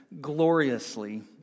gloriously